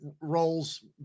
roles